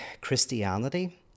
Christianity